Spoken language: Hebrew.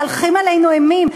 מהלכים עלינו אימים.